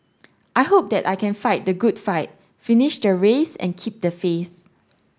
I hope that I can fight the good fight finish the race and keep the faith